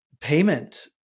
payment